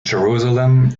jerusalem